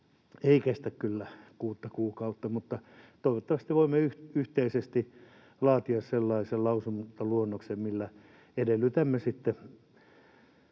ei kestä kyllä kuutta kuukautta, mutta toivottavasti voimme yhteisesti laatia sellaisen lausumaluonnoksen, millä edellytämme sitten